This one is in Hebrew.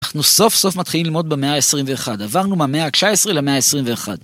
אנחנו סוף סוף מתחילים ללמוד במאה ה-21. עברנו מה מאה ה-19 למאה ה-21.